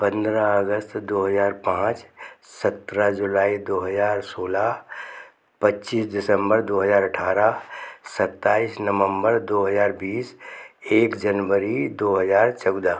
पंद्रह अगस्त दो हजार पाँच सत्रह जुलाई दो हजार सोलह पच्चीस दिसंबर दो हजार अठारह सत्ताईस नवम्बर दो हजार बीस एक जनवरी दो हजार चौदह